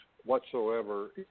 Whatsoever